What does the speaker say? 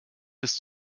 ist